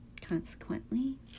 Consequently